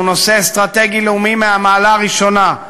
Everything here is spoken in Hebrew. שהוא נושא אסטרטגי לאומי מהמעלה הראשונה,